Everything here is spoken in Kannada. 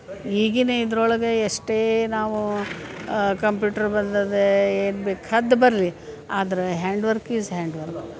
ಈಗಿನ ಇದರೊಳ್ಗೆ ಎಷ್ಟೇ ನಾವು ಕಂಪ್ಯೂಟ್ರ್ ಬಂದಿದೆ ಏನು ಬೇಕ್ಕಾದ್ದು ಬರಲಿ ಆದ್ರೆ hand work is hand work